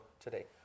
today